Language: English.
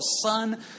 son